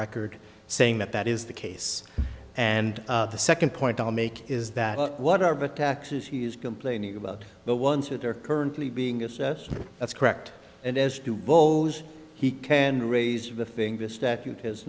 record saying that that is the case and the second point i'll make is that what arbet taxes he's complaining about the ones that are currently being assessed that's correct and as to both he can raise the thing this statute